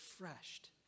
refreshed